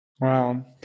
Wow